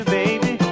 baby